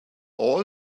all